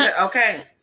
Okay